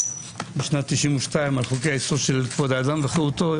בשנת 1992 על חוק היסוד: כבוד האדם וחירותו,